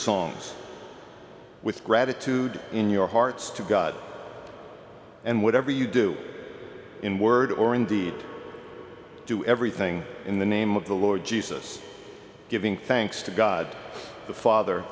songs with gratitude in your hearts to god and whatever you do in word or indeed do everything in the name of the lord jesus giving thanks to god the father